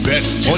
Best